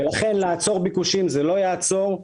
זה לא יעצור ביקושים.